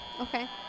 okay